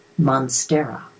monstera